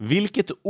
Vilket